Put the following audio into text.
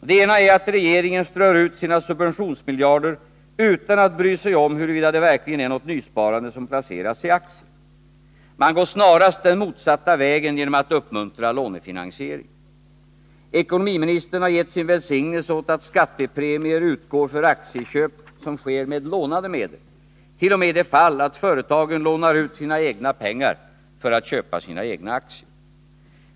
Det ena är att regeringen strör ut sina subventionsmiljarder utan att bry sig om huruvida det verkligen är något nysparande som placeras i aktier. Man går snarast den motsatta vägen genom att uppmuntra lånefinansiering. Ekonomiministern har gett sin välsignelse åt att skattepremier utgår för aktieköp som sker med lånade medel, t.o.m. i de fall där företagen lånar ut sina egna pengar för att köpa sina egna aktier.